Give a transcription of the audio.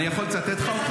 אני יכול לצטט לך?